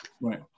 right